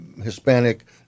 Hispanic